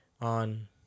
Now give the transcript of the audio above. on